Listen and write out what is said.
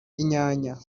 inyanya